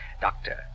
Doctor